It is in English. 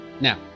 Now